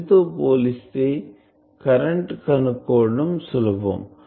దీని తో పోలిస్తే కరెంటు కనుక్కోవటం సులభం